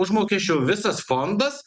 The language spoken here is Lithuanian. užmokesčio visas fondas